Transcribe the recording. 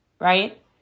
right